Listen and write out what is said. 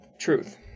truth